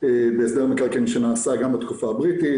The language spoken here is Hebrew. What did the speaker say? בהסדר המקרקעין שנעשה גם בתקופה הבריטית,